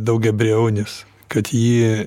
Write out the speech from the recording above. daugiabriaunis kad jį